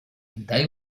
they